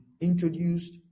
introduced